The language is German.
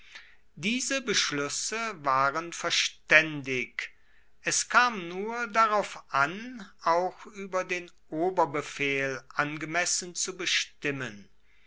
diese beschluesse waren verstaendig es kam nur darauf an auch ueber den oberbefehl angemessen zu bestimmen